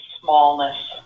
smallness